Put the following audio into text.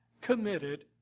committed